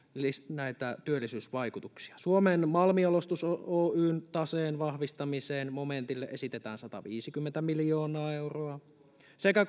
näitä työllisyysvaikutuksia suomen malmijalostus oyn taseen vahvistamisen momentille esitetään sataviisikymmentä miljoonaa euroa sekä